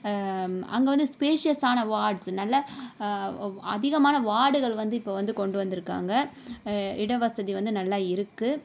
அங்கே வந்து ஸ்பேசியஸ் ஆன வார்ட்ஸ் நல்ல அதிகமான வார்டுகள் வந்து இப்போ வந்து கொண்டு வந்துருக்காங்க இட வசதி வந்து நல்லா இருக்குது